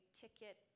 ticket